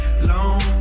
alone